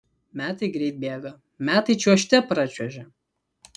metai greit bėga metai čiuožte pračiuožia